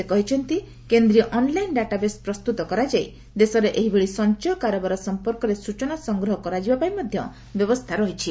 ସେ କହିଛନ୍ତି କେନ୍ଦ୍ରୀୟ ଅନ୍ଲାଇନ୍ ଡାଟାବେସ୍ ପ୍ରସ୍ତୁତ କରାଯାଇ ଦେଶରେ ଏହିଭଳି ସଂଚୟ କାରବାର ସଫପର୍କରେ ସ୍ବଚନା ସଂଗ୍ରହ କରାଯିବା ପାଇଁ ମଧ୍ୟ ବ୍ୟବସ୍ଥା ରହିଛି